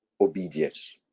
obedience